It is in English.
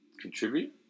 contribute